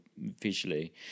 visually